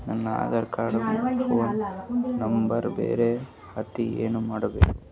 ನನ Aadhaar card phone number ಬ್ಯಾರೆ ಐತ್ರಿ ಏನ ಮಾಡಬೇಕು?